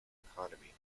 economy